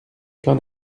qu’en